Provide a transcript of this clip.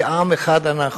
כי עם אחד אנחנו,